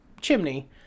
chimney